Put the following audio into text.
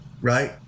right